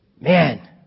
man